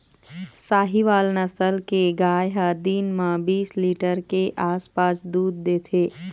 साहीवाल नसल के गाय ह दिन म बीस लीटर के आसपास दूद देथे